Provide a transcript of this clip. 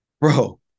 Bro